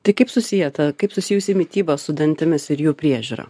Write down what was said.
tai kaip susiję ta kaip susijusi mityba su dantimis ir jų priežiūra